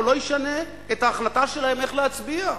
לא ישנה את ההחלטה שלהם איך להצביע.